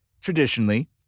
traditionally